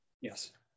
Yes